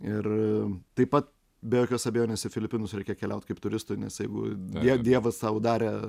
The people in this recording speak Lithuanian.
ir taip pat be jokios abejonės į filipinus reikia keliaut kaip turistui nes jeigu die dievas sau darė